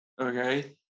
okay